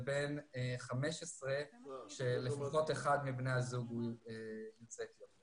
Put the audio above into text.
לבין 15 שלפחות אחד מבני הזוג הוא יוצא אתיופיה.